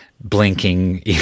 blinking